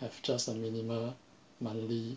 have just a minimal monthly